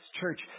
church